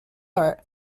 are